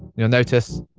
you'll notice,